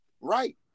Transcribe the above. right